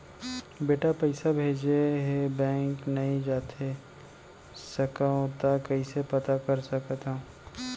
बेटा पइसा भेजे हे, बैंक नई जाथे सकंव त कइसे पता कर सकथव?